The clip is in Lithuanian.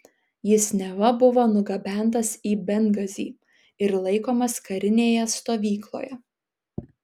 jis neva buvo nugabentas į bengazį ir laikomas karinėje stovykloje